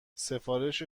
سفارش